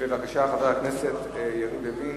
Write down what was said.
הועברה ואושרה בקריאה טרומית